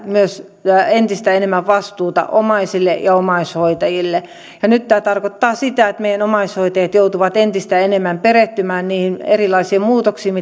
myös siirtää entistä enemmän vastuuta omaisille ja omaishoitajille nyt tämä tarkoittaa sitä että meidän omaishoitajamme joutuvat entistä enemmän perehtymään niihin erilaisiin muutoksiin